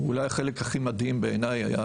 ואולי החלק הכי מדהים בעיניי היה